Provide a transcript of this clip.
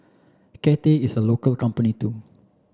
Cathay is a local company too